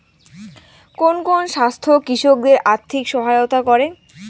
কোন কোন সংস্থা কৃষকদের আর্থিক সহায়তা করে?